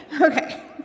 Okay